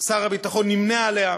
שר הביטחון, נמנה עמה,